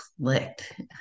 clicked